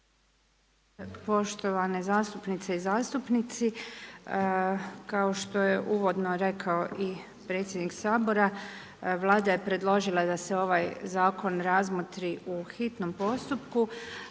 Poštovane zastupnice i zastupnici. Kao što je uvodno rekao i predsjednik Sabora, Vlada je predložila da se ovaj zakon razmotri u hitnom postupku